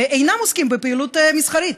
ואינם עוסקים בפעילות מסחרית.